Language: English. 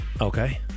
Okay